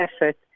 effort